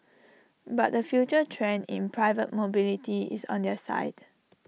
but the future trend in private mobility is on their side